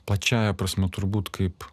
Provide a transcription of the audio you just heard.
plačiąja prasme turbūt kaip